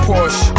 Porsche